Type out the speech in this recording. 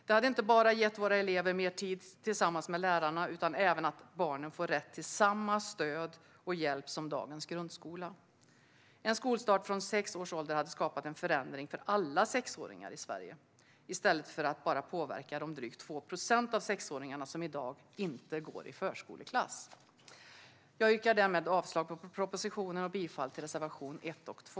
Det hade inte bara gett våra elever mer tid tillsammans med lärarna utan även gett barnen rätt till samma stöd och hjälp som i dagens grundskola. En skolstart från sex års ålder hade skapat en förändring för alla sexåringar i Sverige i stället för att bara påverka de drygt 2 procent av sexåringarna som i dag inte går i förskoleklass. Jag yrkar avslag på propositionen och bifall till reservationerna 1 och 2.